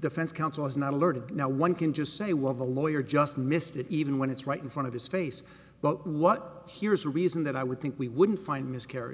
defense counsel is not alerted no one can just say well the lawyer just missed it even when it's right in front of his face but what here's the reason that i would think we wouldn't find miscarr